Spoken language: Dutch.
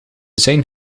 zijn